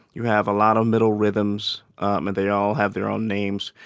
you have a lot of middle rhythms and they all have their own names.